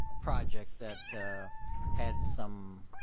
project that had some